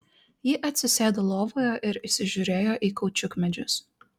ji atsisėdo lovoje ir įsižiūrėjo į kaučiukmedžius